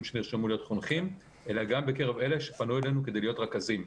שנרשמו להיות חונכים אלא גם בקרב אלה שפנו אלינו כדי להיות רכזים.